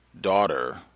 daughter